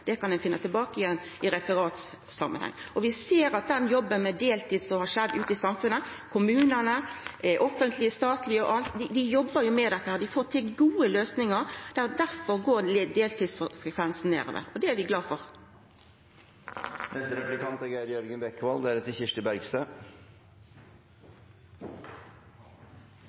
Det kan ein finna tilbake til i referatsamanheng. Vi ser at det er gjort ein jobb når det gjeld deltid ute i samfunnet, i kommunane, i det offentlege og i det statlege. Dei jobbar med dette, og dei får til gode løysingar. Difor går deltidsfrekvensen nedover, og det er vi glade for.